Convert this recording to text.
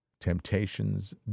temptations